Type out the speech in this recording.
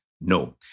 No